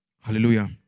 Hallelujah